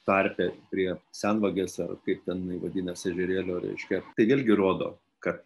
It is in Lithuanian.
tarpe prie senvagės ar kaip ten jinai vadinas ežerėlio reiškia tai vėlgi rodo kad